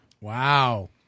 Wow